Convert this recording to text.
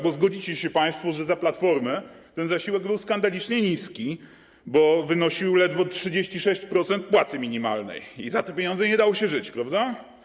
Bo zgodzicie się państwo, że za Platformy ten zasiłek był skandalicznie niski, bo wynosił ledwo 36% płacy minimalnej, i za te pieniądze nie dało się żyć, prawda.